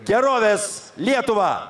gerovės lietuvą